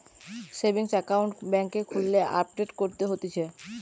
savings account বেংকে খুললে update করতে হতিছে